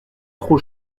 trop